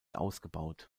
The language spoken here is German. ausgebaut